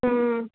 ம்